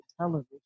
television